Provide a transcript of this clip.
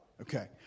Okay